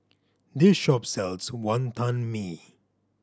this shop sells Wantan Mee